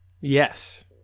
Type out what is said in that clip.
Yes